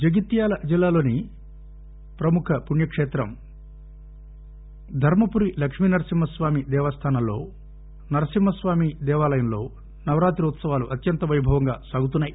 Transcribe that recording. జగిత్యాల జిల్లాలోని ప్రముఖ పుణ్యకేత్రం ధర్మపురి లక్ష్మీనరసింహస్వామి దేవస్థానంలో నరసింహస్వామి దేవాలయంలో నవరాత్రి ఉత్సవాలు అత్యంత పైభవంగా సాగుతున్నాయి